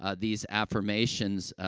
ah these affirmations, ah,